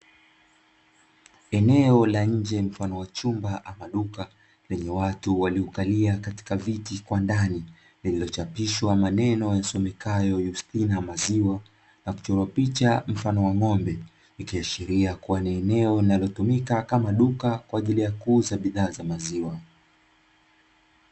Eneo la nje mfano wa chumba ama duka lenye watu waliokalia katika viti kwa ndani, lililochapishwa maneno yasomekayo "Justina maziwa" na kuchorwa picha mfano wa ng'ombe, ikiashiria kuwa ni enwo linalotumika kama duka kwa ajili ya kuuza bidhaa za maziwa.